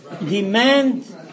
demand